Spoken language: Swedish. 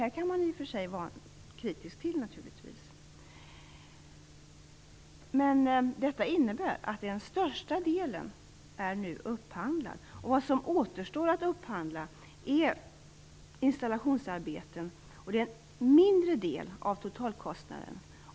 Det här kan man i och för sig vara kritisk till. Men detta innebär att den största delen nu är upphandlad. Det som återstår att upphandla är installationsarbeten, och det är en mindre del av totalkostnaden.